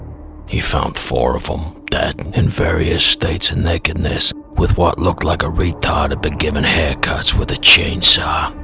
he found four of them that in various states and nakedness with what looked like a retard but given haircuts with a chainsaw.